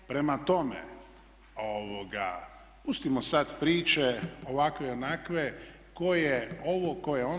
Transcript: Prema tome, pustimo sad priče ovakve onakve, tko je ovo, tko je ono.